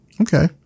Okay